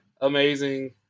Amazing